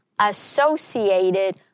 associated